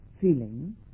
feeling